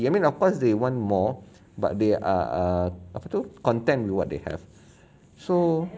I mean of course they want more but they are err apa tu content with what they have so